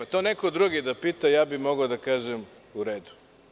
To neki drugi da pita, mogao bih da kažem – u redu.